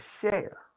share